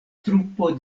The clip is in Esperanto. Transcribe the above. trupo